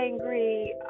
angry